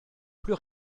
plus